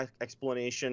explanation